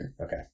Okay